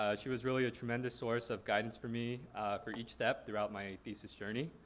ah she was really a tremendous source of guidance for me for each step throughout my thesis journey.